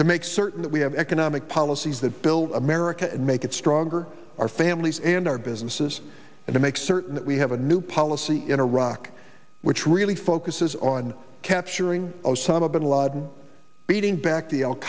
to make certain that we have economic policies that build america and make it stronger our families and our businesses and to make certain that we have a new policy in iraq which really focuses on capturing osama bin laden beating back the al